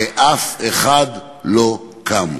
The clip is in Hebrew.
ואף אחד לא קם.